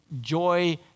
joy